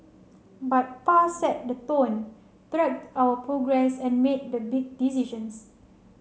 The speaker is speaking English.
but Pa set the tone tracked our progress and made the big decisions